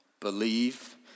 believe